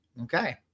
Okay